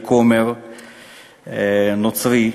כומר נוצרי,